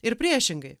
ir priešingai